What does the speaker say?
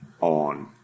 on